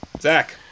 Zach